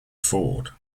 ford